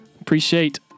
Appreciate